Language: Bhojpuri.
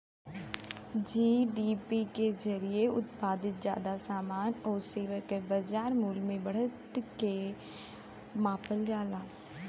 जी.डी.पी के जरिये उत्पादित जादा समान आउर सेवा क बाजार मूल्य में बढ़त के मापल जाला